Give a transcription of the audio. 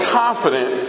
confident